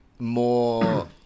More